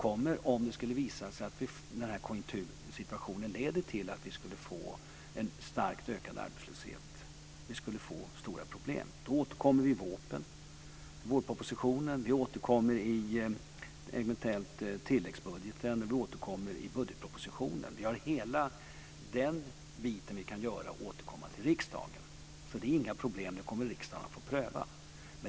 Om det skulle visa sig att den här konjunktursituation leder till en starkt ökad arbetslöshet och om vi skulle få stora problem återkommer vi i vårpropositionen. Vi återkommer eventuellt i tilläggsbudgeten. Vi återkommer i budgetpropositionen. Vi kan alltid återkomma till riksdagen. Det är inga problem. Riksdagen kommer att få pröva det.